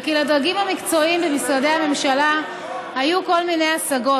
זה כי לדרגים המקצועיים במשרדי הממשלה היו כל מיני השגות.